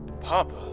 Papa